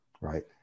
right